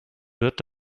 wird